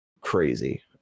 crazy